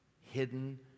hidden